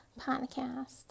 podcast